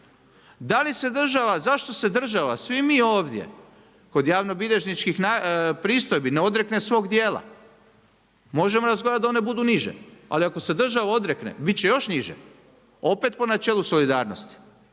Zašto se država, svi mi ovdje, kod javnobilježničkih pristojbi ne odrekle svog djela. Možemo razgovarati da one budu niže, ali ako se država odrekne, biti će još niže. Opet po načelu solidarnosti.